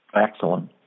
Excellent